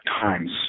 Times